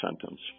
sentence